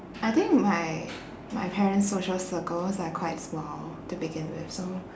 I think my my parents' social circles are quite small to begin with so